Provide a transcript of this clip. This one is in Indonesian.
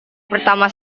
pertama